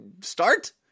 start